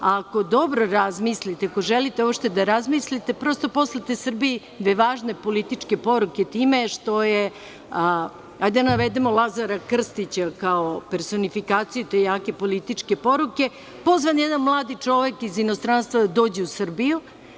Ako dobro razmislite, ako želite uopšte da razmislite, prosto poslati Srbiji dve važne političke poruke time što je, hajde da navedemo Lazara Krstića, kao personifikaciju te jake političke poruke, pozvan jedan mladi čovek iz inostranstva da dođe u Srbiju.